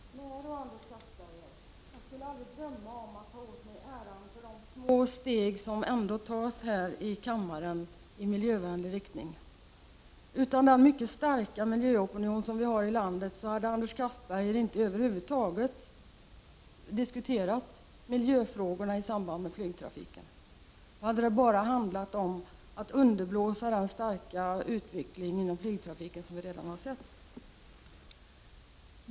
Herr talman! Jag skulle aldrig drömma om att ta åt mig äran för de små steg som ändå tas här i kammaren i miljövänlig riktning. Utan den mycket starka miljöopinion som vi har i landet hade Anders Castberger över huvud taget inte diskuterat miljöfrågorna i samband med flygtrafiken. Då hade det bara handlat om att underblåsa den starka utveckling inom flygtrafiken som vi redan har sett.